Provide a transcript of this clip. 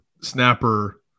snapper